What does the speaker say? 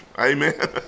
Amen